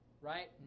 right